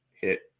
hit